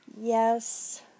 yes